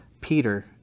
Peter